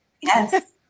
Yes